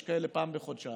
יש כאלה שפעם בחודשיים,